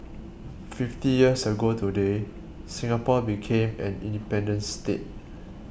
fifty years ago today Singapore became an independent state